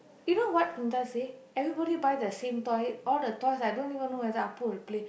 you know what Punitha say everybody buy the same toy all the toys I don't even know whether Appu will play